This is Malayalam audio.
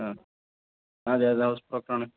ആ അതെ അതെ ഹൗസ് ബ്രോക്കർ ആണ്